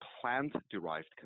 plant-derived